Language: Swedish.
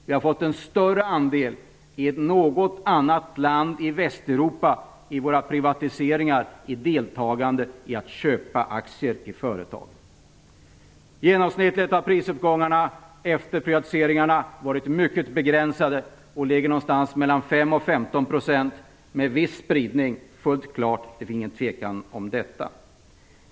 Den andel människor som deltar och köper aktier i företagen i samband med privatiseringarna i vårt land är större än i något annat land i Västeuropa. Genomsnittligt har prisuppgångarna efter privatiseringarna varit mycket begränsade och ligger någonstans mellan 5 % och 15 %, med viss spridning, det är fullt klart.